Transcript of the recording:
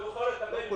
והוא יכול --- אבל